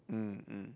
mm mm